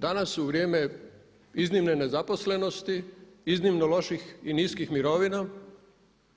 Danas u vrijeme iznimne nezaposlenosti, iznimno loših i niskih mirovina